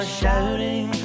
shouting